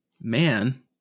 man